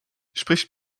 spricht